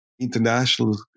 international